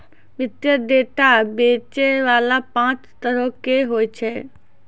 वित्तीय डेटा बेचै बाला पांच तरहो के होय छै